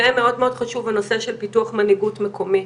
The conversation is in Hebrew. ומאוד מאוד חשוב הנושא של פיתוח מנהיגות מקומית.